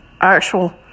actual